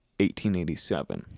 1887